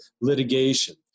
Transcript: litigation